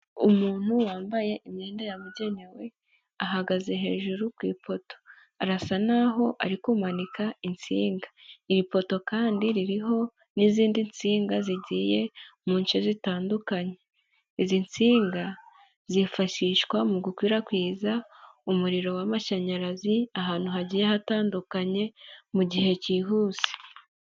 Umuntu wambaye imyenda yabugenewe ahagaze hejuru ku ipoto, arasa n'aho ari kumanika insinga, iri poto kandi ririho n'izindi nsinga zigiye mu nce zitandukanye, izi nsinga zifashishwa mu gukwirakwiza umuriro w'amashanyarazi ahantu hagiye hatandukanye mu gihe cyihuse.